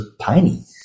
tiny